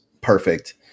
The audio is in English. perfect